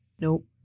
Nope